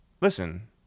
listen